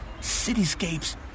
cityscapes